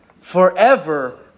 Forever